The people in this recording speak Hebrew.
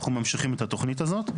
אנחנו ממשיכים את התוכנית הזאת.